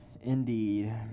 indeed